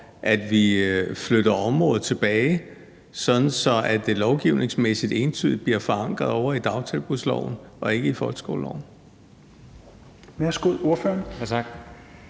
at vi flytter området tilbage, sådan at det lovgivningsmæssigt entydigt bliver forankret ovre i dagtilbudsloven og ikke i folkeskoleloven?